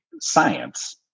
science